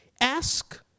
ask